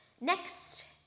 Next